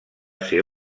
ser